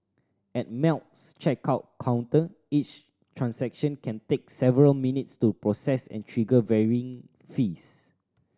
at Melt's checkout counter each transaction can take several minutes to process and trigger varying fees